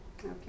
Okay